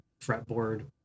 fretboard